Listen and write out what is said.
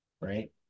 right